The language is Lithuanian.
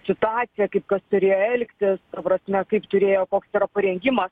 situaciją kaip kas turėjo elgtis ta prasme kaip turėjo koks yra parengimas